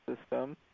system